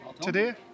today